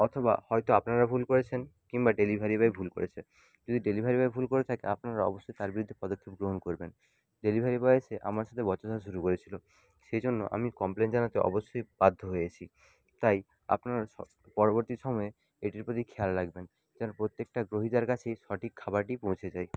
অথবা হয়তো আপনারা ভুল করেছেন কিম্বা ডেলিভারি বয় ভুল করেছে যদি ডেলিভারি বয় ভুল করে থাকে আপনারা অবশ্যই তার বিরুদ্ধে পদক্ষেপ গ্রহণ করবেন ডেলিভারি বয় এসে আমার সাথে বচসা শুরু করেছিলো সেই জন্য আমি কমপ্লেন জানাতে অবশ্যই বাধ্য হয়েছি তাই আপনার পরবর্তী সময়ে এটির প্রতি খেয়াল রাখবেন যেন প্রত্যেকটা গ্রহীতার কাছেই সঠিক খাবারটি পৌঁছে যায়